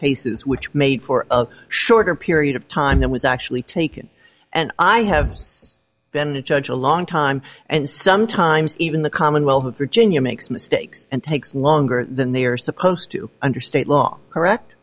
cases which made for a shorter period of time that was actually taken and i have been a judge a long time and sometimes even the commonwealth of virginia makes mistakes and takes longer than they are supposed to under state law